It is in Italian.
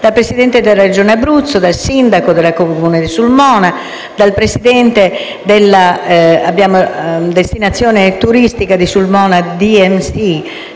dal presidente della Regione Abruzzo, dal sindaco del Comune di Sulmona, dal presidente della Destinazione turistica di Sulmona-DMC